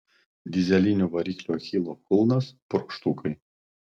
dyzelinių variklių achilo kulnas purkštukai